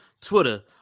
Twitter